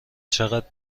چقدر